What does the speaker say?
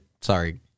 sorry